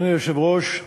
אדוני היושב-ראש,